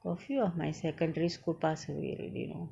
a few of my secondary school pass away already you know